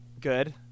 Good